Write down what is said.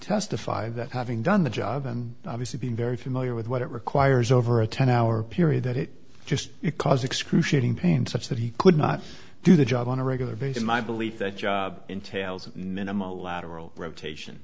testified that having done the job and obviously being very familiar with what it requires over a ten hour period that it just because excruciating pain such that he could not do the job on a regular basis my belief that job entails a minimal lateral rotation